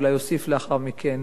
אולי אוסיף לאחר מכן